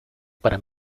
para